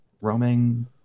roaming